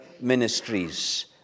ministries